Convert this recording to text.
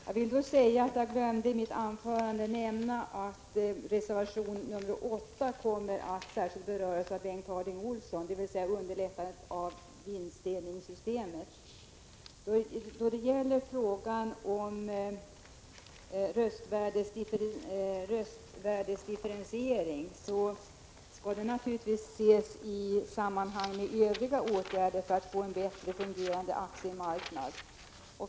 Jag glömde att nämna i mitt huvudanförande att reservation 8 om underlättande av vinstdelningssystem kommer att särskilt beröras av Bengt Harding Olson. Frågan om röstvärdesdifferentiering får naturligtvis ses i samband med Övriga åtgärder som behövs för att få en bättre fungerande aktiemarknad.